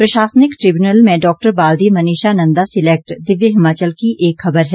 प्रशासनिक ट्रिब्यूनल में डा बाल्दी मनीषा नंदा सिलेक्ट दिव्य हिमाचल की एक खबर है